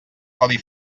codi